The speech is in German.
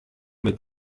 mit